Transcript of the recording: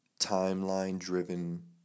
timeline-driven